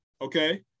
okay